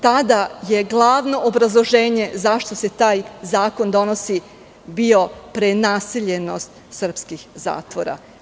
Tada je glavno obrazloženje zašto se taj zakon donosi bila prenaseljenost srpskih zatvora.